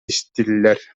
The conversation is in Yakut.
истилэр